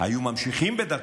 היו ממשיכים בדרכו,